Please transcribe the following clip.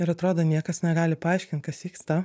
ir atrodo niekas negali paaiškint kas vyksta